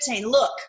Look